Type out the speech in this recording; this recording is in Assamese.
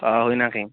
অ' হয় নেকি